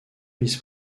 vice